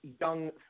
young